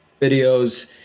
videos